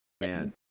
man